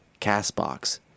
CastBox